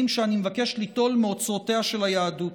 שאני מבקש ליטול מאוצרותיה של היהדות.